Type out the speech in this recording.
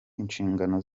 inshingano